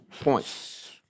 points